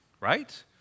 right